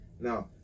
now